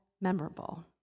memorable